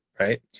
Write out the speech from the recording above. right